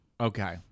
Okay